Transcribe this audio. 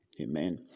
Amen